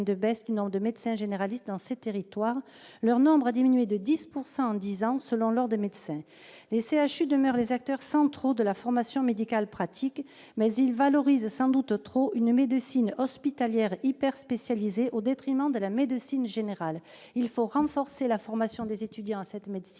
la baisse du nombre de médecins généralistes dans ces territoires. En effet, leur nombre a diminué de 10 % en dix ans selon l'ordre des médecins. Les CHU demeurent les acteurs centraux de la formation médicale pratique, mais ils valorisent sans doute trop une médecine hospitalière hyperspécialisée, au détriment de la médecine générale. Il faut non seulement renforcer la formation des étudiants à cette médecine,